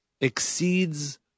exceeds